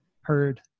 heard